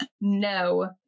no